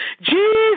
Jesus